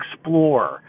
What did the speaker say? explore